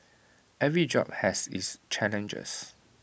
every job has its challenges